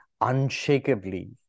unshakably